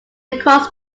across